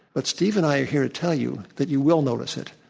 but steve and i are here to tell you that you will notice it,